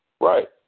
Right